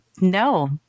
no